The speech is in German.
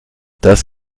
das